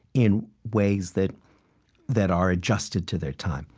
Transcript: in ways that that are adjusted to their time.